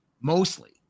mostly